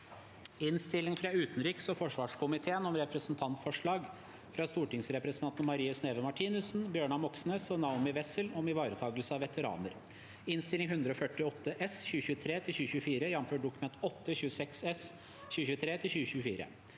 Innstilling fra utenriks- og forsvarskomiteen om Representantforslag fra stortingsrepresentantene Marie Sneve Martinussen, Bjørnar Moxnes og Naomi Wessel om ivaretakelse av veteraner (Innst. 148 S (2023–2024), jf. Dokument 8:26 S (2023–2024))